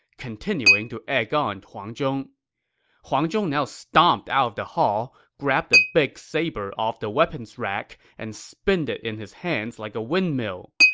continuing to egg on huang zhong huang zhong now stomped out of the hall, grabbed a big saber off the weapons rack, and spinned it in his hands like windmill.